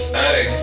hey